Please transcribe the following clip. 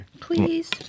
Please